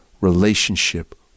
relationship